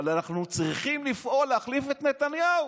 אבל אנחנו צריכים לפעול להחליף את נתניהו.